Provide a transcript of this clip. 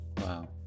Wow